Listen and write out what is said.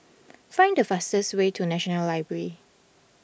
find the fastest way to National Library